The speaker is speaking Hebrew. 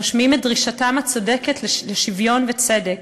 שמשמיעים את דרישתם הצודקת לשוויון וצדק,